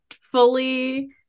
fully